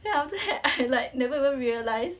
then after that I like never even realise